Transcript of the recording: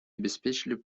обеспечили